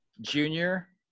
Junior